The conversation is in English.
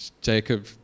Jacob